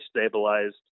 stabilized